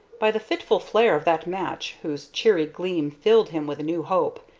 by the fitful flare of that match, whose cheery gleam filled him with a new hope,